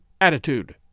attitude